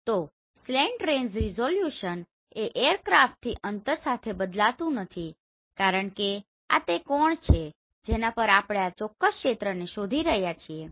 તો slant range resolution એ એરક્રાફ્ટથી અંતર સાથે બદલાતું નથી કારણ કે આ તે એક કોણ છે જેના પર આપણે આ ચોક્કસ ક્ષેત્રને શોધી રહ્યા છીએ